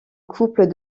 couple